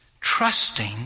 trusting